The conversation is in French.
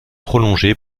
prolongée